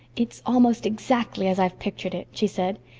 it's almost exactly as i've pictured it, she said.